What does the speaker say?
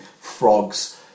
frogs